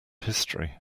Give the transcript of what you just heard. history